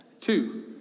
two